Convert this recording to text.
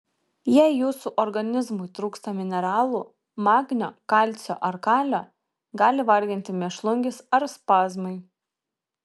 jei jūsų organizmui trūksta mineralų magnio kalcio ar kalio gali varginti mėšlungis ar spazmai